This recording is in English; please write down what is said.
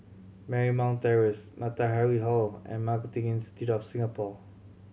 Marymount Terrace Matahari Hall and Marketing Institute of Singapore